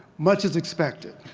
much is expected.